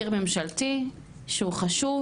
להיחקר כרצח ויתכן וזה בסוף יהפוך לתיק שהוא לא רצח,